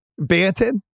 Banton